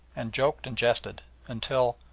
and joked and jested until,